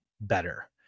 better